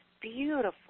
beautiful